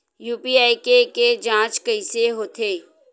UPI के के जांच कइसे होथे?